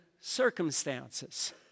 circumstances